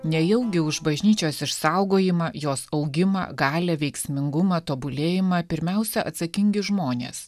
nejaugi už bažnyčios išsaugojimą jos augimą galią veiksmingumą tobulėjimą pirmiausia atsakingi žmonės